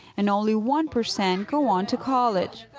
and only one percent go on to college.